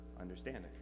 understanding